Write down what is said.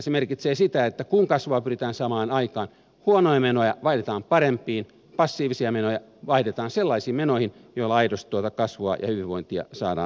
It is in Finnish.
se merkitsee sitä että kun kasvua pyritään saamaan aikaan huonoja menoja vaihdetaan parempiin passiivisia menoja vaihdetaan sellaisiin menoihin joilla aidosti tuota kasvua ja hyvinvointia saadaan aikaan